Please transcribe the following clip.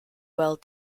well